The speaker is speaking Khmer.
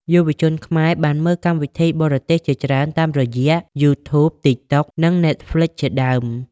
យុវជនខ្មែរបានមើលកម្មវិធីបរទេសជាច្រើនតាមរយៈ YouTube, TikTok និង Netflixជាដើម។